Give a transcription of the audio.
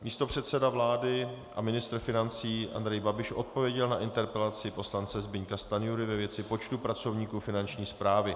Místopředseda vlády a ministr financí Andrej Babiš odpověděl na interpelaci poslance Zbyňka Stanjury ve věci počtu pracovníků Finanční správy.